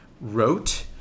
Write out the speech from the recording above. wrote